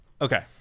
Okay